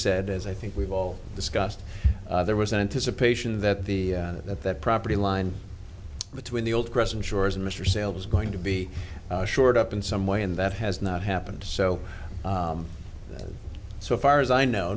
said as i think we've all discussed there was an anticipation that the that that property line between the old crescent shores and mr sale was going to be shored up in some way and that has not happened so so far as i know